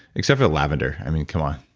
except for the lavender. i mean, come on.